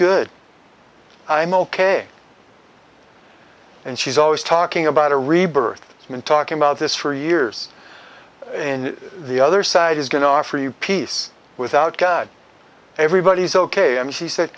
good i'm ok and she's always talking about a rebirth i've been talking about this for years in the other side is going to offer you peace without god everybody's ok and she said